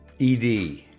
ed